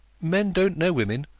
men don't know women,